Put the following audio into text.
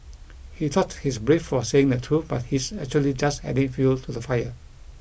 he thought he's brave for saying the truth but he's actually just adding fuel to the fire